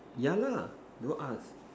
yeah lah don't ask